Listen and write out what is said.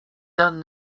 done